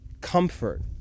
comfort